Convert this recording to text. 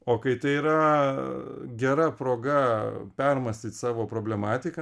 o kai tai yra gera proga permąstyt savo problematiką